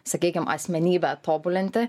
sakykim asmenybę tobulinti